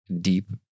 Deep